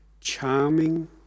charming